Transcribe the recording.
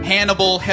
Hannibal